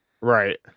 right